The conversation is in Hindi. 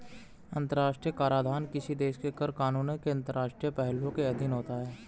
अंतर्राष्ट्रीय कराधान किसी देश के कर कानूनों के अंतर्राष्ट्रीय पहलुओं के अधीन होता है